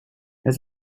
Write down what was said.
het